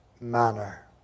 manner